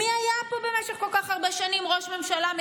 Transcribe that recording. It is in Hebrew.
מי היה פה במשך כל כך הרבה שנים ראש ממשלה?